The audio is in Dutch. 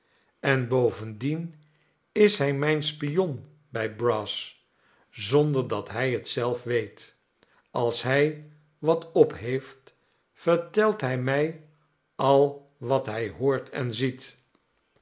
heb enbovendien is hij mijn spion bij brass zonder dat hij het zelf weet als hij wat opheeft vertelt hij mij al wat hij hoort en ziet